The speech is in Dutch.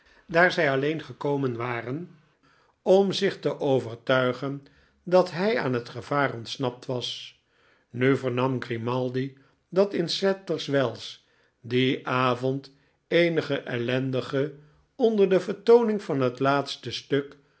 daar zij alleen gekomen waren om zich te overtuigen dat hi aan het gevaar ontsnapt was nu vernam grimaldi dat in sadlers wells dien avond eenige ellendelingen onder de vertooning van het laatste stuk